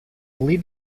lead